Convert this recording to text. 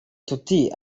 tuti